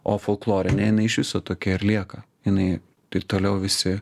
o folklorinė jinai iš viso tokia ir lieka jinai tai toliau visi